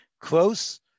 close